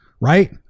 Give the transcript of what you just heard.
right